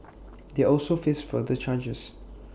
they also face further charges